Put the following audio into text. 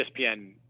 ESPN